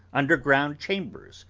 underground chambers,